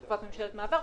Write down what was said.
בתקופת ממשלת מעבר,